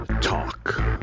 Talk